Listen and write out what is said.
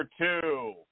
two